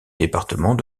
département